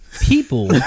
people